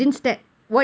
ya